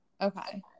Okay